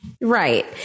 Right